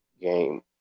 game